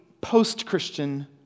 post-Christian